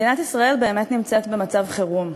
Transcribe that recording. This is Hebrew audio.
תודה, מדינת ישראל באמת נמצאת במצב חירום,